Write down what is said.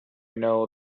know